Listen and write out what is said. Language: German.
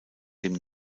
dem